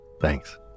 Thanks